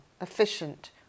efficient